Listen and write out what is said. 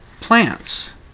plants